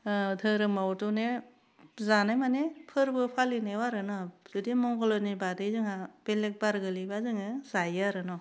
दोरोमावथ' ने जानाय माने फोरबो फालिनायाव आरो ना जुदि मंगलनि बागै जोंहा बेलेग बार गोलैबा जोङो जायो आरो न'